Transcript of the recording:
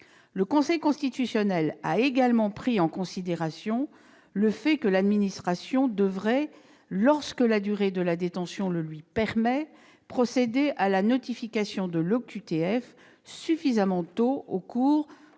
Le Conseil a également pris en considération le fait que l'administration devrait, lorsque la durée de la détention le lui permet, procéder à la notification de l'OQTF suffisamment tôt au cours